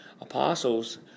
apostles